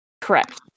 Correct